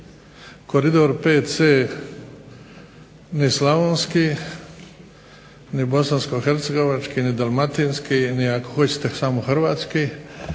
koridor VC ni Slavonski, ni Bosanskohercegovački, ni Dalmatinski, ni ako hoćete samo Hrvatski,